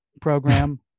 program